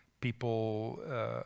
people